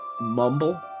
mumble